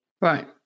Right